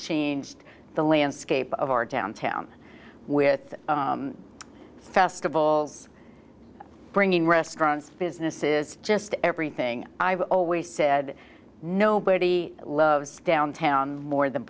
changed the landscape of our downtown with festivals bringing restaurants businesses just everything i've always said nobody loves downtown more than